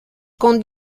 com